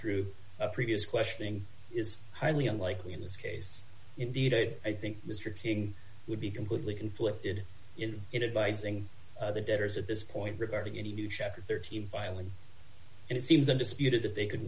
through a previous questioning is highly unlikely in this case indeed it i think mr king would be completely conflicted in it advising the debtors at this point regarding any new chapter thirteen filing and it seems undisputed that they could